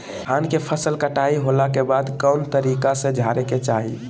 धान के फसल कटाई होला के बाद कौन तरीका से झारे के चाहि?